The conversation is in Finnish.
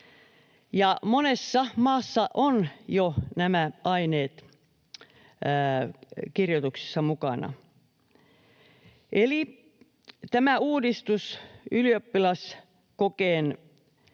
Monessa maassa ovat jo nämä aineet kirjoituksissa mukana. Eli tämä ylioppilaskokeen